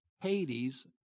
Hades